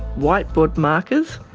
whiteboard markers,